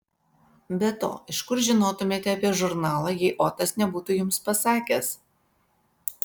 be to iš kur žinotumėte apie žurnalą jei otas nebūtų jums pasakęs